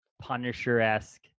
Punisher-esque